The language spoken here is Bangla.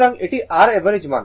সুতরাং এটি r অ্যাভারেজ মান